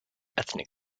ethnic